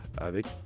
Avec